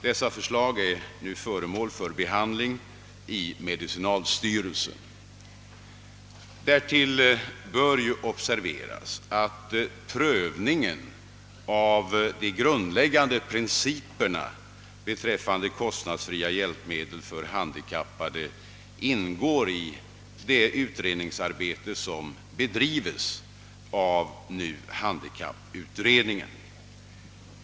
Dessa förslag behandlas nu i medicinalstyrelsen. Dessutom bör observeras att prövningen av de grundläggande principerna beträffande kostnadsfria hjälpmedel för handikappade ingår i det utredningsarbete som bedrives av handikapputredningen.